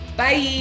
bye